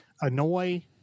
annoy